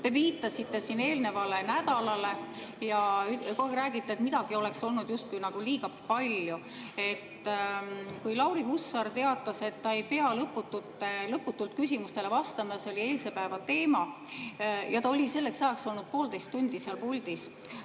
Te viitasite siin eelmisele nädalale ja räägite kogu aeg, et midagi oleks olnud justkui liiga palju. Kui Lauri Hussar teatas, et ta ei pea lõputult küsimustele vastama – see oli eilse päeva teema –, siis ta oli selleks ajaks olnud poolteist tundi puldis.